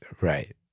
right